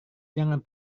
jangan